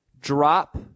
drop